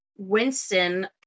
Winston